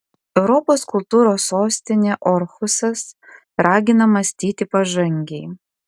europos kultūros sostinė orhusas ragina mąstyti pažangiai